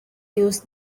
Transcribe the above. use